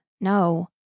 no